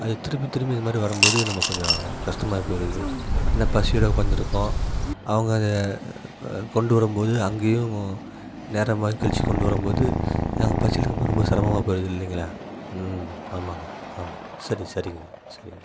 அது திரும்பி திரும்பி இது மாதிரி வரும்போது நமக்கு கொஞ்சம் கஷ்டமாகி போய்ருது ஏன்னா பசியோடு உக்கார்ந்திருக்கோம் அவங்க அதை கொண்டு வரும்போது அங்கேயும் ஓ நேரமாய் கழிச்சு கொண்டு வரும்போது நாங்கள் பசியில் ரொம்ப ரொம்ப சிரமமா போய்ருது இல்லைங்களா ம் ஆமாங்க ஆமாம் சரி சரிங்க சரிங்க